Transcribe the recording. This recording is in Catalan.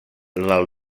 del